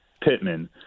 Pittman